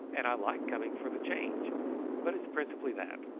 and i like coming for the change but it's principally that.